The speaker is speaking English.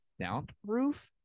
soundproof